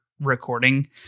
recording